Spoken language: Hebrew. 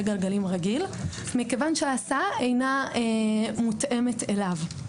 גלגלים רגיל מכיוון שההסעה אינה מותאמת לו.